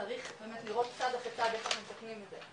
צריך באמת לראות תעד אחרי צעד איך אנחנו מתקנים את זה.